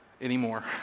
anymore